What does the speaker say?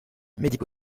médico